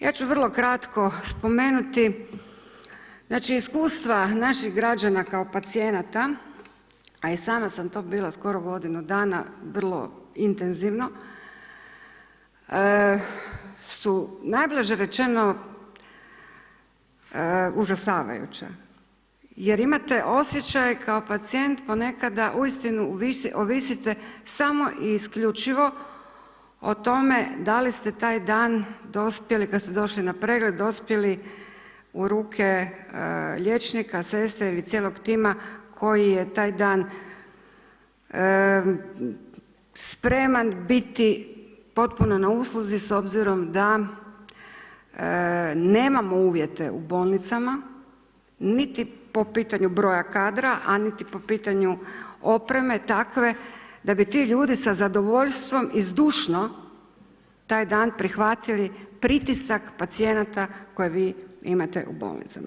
Ja ću vrlo kratko spomenuti, znači iskustva naših građana kao pacijenata a i sama sam to bila skoro godinu dana vrlo intenzivno su najblaže rečeno, užasavajuće jer imate osjećaj kao pacijent ponekada uistinu ovisite samo i isključivo o tome da li ste taj dan dospjeli kad ste došli na pregled, dospjeli i ruke liječnika, sestre ili cijelog tima koji je taj dan spreman biti potpuno na usluzi s obzirom da nemamo uvjete u bolnicama niti po pitanju broja kadra a niti po pitanju opreme takve da bi ti ljudi sa zadovoljstvom i zdušno taj dan prihvatili pritisak pacijenata koje vi imate u bolnicama.